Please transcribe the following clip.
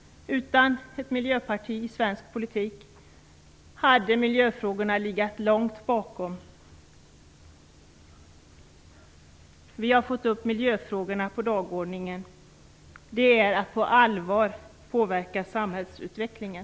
Utan Miljöpartiet i svensk politik hade miljöfrågorna legat långt bakom. Vi har fått upp miljöfrågorna på dagordningen. Det är att på allvar påverka samhällsutvecklingen.